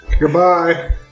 Goodbye